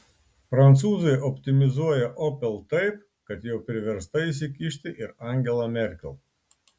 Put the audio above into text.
prancūzai optimizuoja opel taip kad jau priversta įsikišti ir angela merkel